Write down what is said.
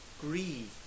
Grieve